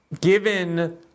given